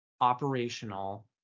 operational